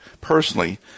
personally